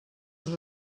els